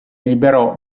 liberò